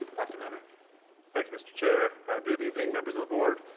dr newnan thank you mr. chair good evening members of the board.